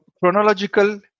Chronological